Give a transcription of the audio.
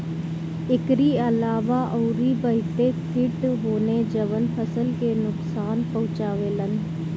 एकरी अलावा अउरी बहते किट होने जवन फसल के नुकसान पहुंचावे लन